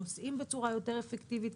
נוסעים בצורה יותר אפקטיבית,